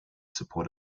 support